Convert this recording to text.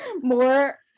more